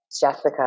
Jessica